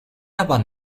aber